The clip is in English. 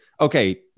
okay